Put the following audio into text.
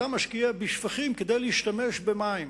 אתה משקיע בשפכים כדי להשתמש במים